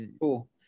Cool